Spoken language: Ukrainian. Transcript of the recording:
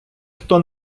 хто